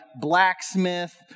blacksmith